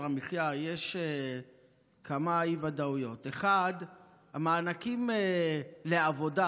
המחיה יש כמה אי-ודאויות: 1. המענקים לעבודה,